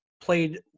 played –